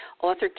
author